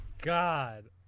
god